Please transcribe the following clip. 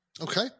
Okay